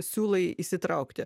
siūlai įsitraukti